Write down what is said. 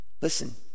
Listen